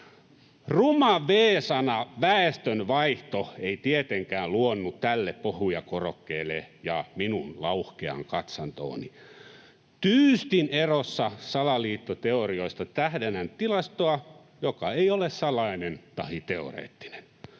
Ruma v-sana ”väestönvaihto” ei tietenkään luonnu tälle puhujakorokkeelle ja minun lauhkeaan katsantooni. Tyystin erossa salaliittoteorioista tähdennän tilastoa, joka ei ole salainen tahi teoreettinen.